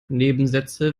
nebensätze